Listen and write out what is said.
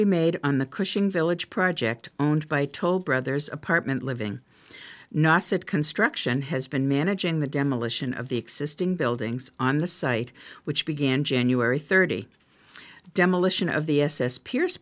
be made on the cushing village project owned by toll brothers apartment living not said construction has been managing the demolition of the existing buildings on the site which began january thirty demolition of the s s pier